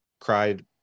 cried